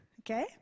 Okay